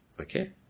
Okay